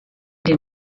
den